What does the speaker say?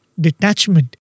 detachment